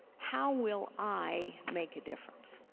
how will i make a difference?